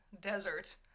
desert